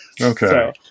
Okay